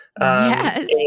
Yes